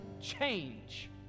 change